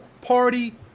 party